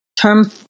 term